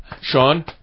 Sean